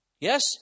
Yes